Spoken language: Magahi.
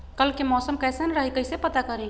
कल के मौसम कैसन रही कई से पता करी?